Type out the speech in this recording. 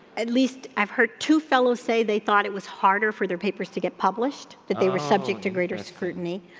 at least i've heard two fellow's say they thought it was harder for their papers to get published, that they were subject to greater scrutiny.